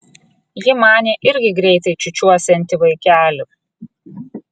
ji manė irgi greitai čiūčiuosianti vaikelį